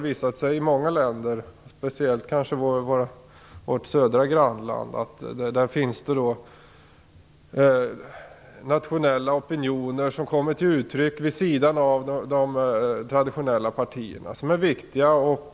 I många länder - speciellt i vårt södra grannland - kommer nationella opinioner till uttryck vid sidan av de traditionella partiernas åsikter när det gäller Europafrågan.